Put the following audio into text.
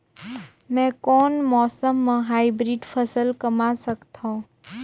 मै कोन मौसम म हाईब्रिड फसल कमा सकथव?